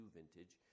vintage